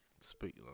Speak